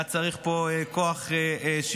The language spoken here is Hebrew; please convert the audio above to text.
היה צריך פה כוח שכנוע,